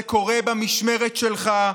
זה קורה במשמרת שלך,